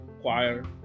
choir